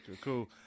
Cool